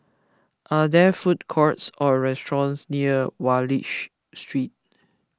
are there food courts or restaurants near Wallich Street